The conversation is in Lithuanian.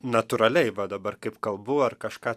natūraliai va dabar kaip kalbu ar kažką